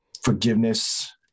forgiveness